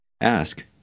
Ask